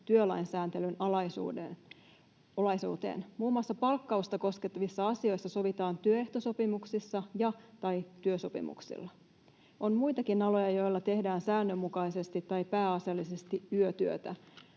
työlain sääntelyn alaisuuteen. Muun muassa palkkausta koskevissa asioissa sovitaan työehtosopimuksissa ja/tai työsopimuksilla. On muitakin aloja, joilla tehdään säännönmukaisesti tai pääasiallisesti yötyötä.